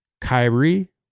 Kyrie